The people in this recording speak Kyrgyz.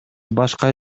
башка